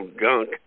gunk